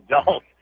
adult